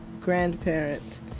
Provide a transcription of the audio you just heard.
grandparent